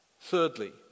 Thirdly